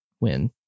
win